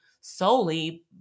solely